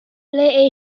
ble